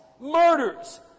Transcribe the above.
Murders